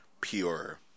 pure